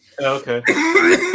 Okay